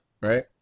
right